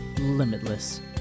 limitless